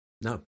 No